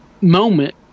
moment